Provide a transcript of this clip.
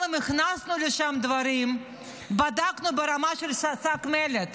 גם אם הכנסנו לשם דברים, בדקנו ברמה של שק מלט,